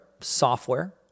software